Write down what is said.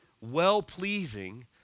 well-pleasing